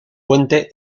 puente